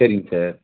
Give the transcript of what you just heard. சேரிங்க சார்